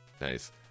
Nice